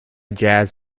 jazz